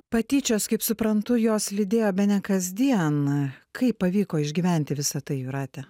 patyčios kaip suprantu jos lydėjo bene kasdien kaip pavyko išgyventi visa tai jūrate